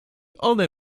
one